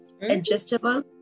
adjustable